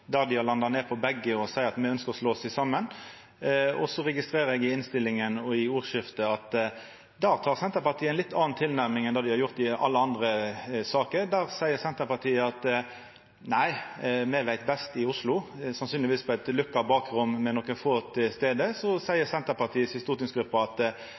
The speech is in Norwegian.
der begge kommunane har landa på at dei ønskjer å slå seg saman. Så registrerer eg i innstillinga og i ordskiftet at der har Senterpartiet ei litt anna tilnærming enn det dei har hatt i alle andre saker. Der seier Senterpartiet at ein veit best i Oslo. Sannsynlegvis på eit lukka bakrom med nokre få til stades seier stortingsgruppa til Senterpartiet at